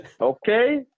Okay